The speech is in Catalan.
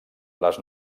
les